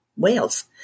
Wales